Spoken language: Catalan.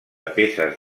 peces